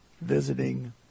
visiting